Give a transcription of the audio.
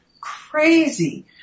crazy